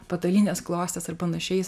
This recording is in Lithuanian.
patalynės klostes ar panašiais